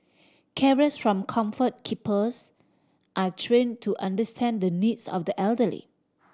carers from Comfort Keepers are trained to understand the needs of the elderly